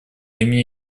имени